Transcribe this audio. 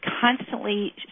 constantly